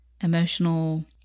emotional